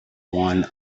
one